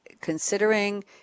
considering